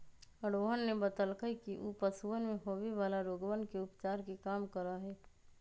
रोहन ने बतल कई कि ऊ पशुवन में होवे वाला रोगवन के उपचार के काम करा हई